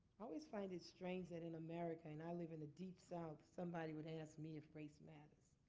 always find it strange that in america and i live in the deep south somebody would ask me if race matters.